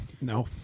no